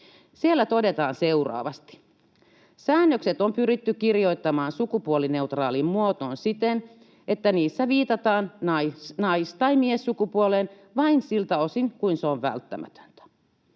Siellä todetaan seuraavasti: ”Säännökset on pyritty kirjoittamaan sukupuolineutraaliin muotoon siten, että niissä viitataan nais- tai miessukupuoleen vain siltä osin, kuin se on välttämätöntä.